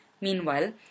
Meanwhile